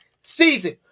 season